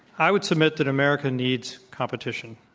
i would submit that america needs competition.